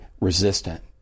resistant